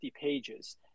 pages